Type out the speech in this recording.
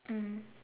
mm